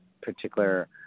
particular